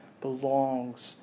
belongs